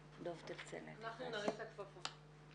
אנחנו נרים את הכפפה.